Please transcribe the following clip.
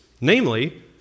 namely